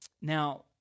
Now